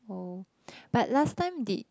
oh but last time did